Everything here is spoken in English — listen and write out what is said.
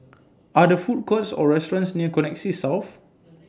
Are There Food Courts Or restaurants near Connexis South